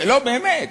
לא, באמת.